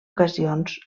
ocasions